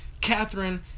Catherine